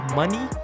money